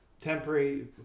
Temporary